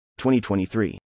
2023